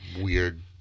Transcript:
weird